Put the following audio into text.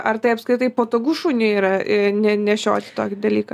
ar tai apskritai patogu šunį yra ne nešioti tokį dalyką